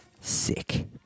sick